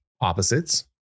opposites